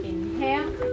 Inhale